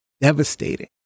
devastating